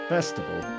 Festival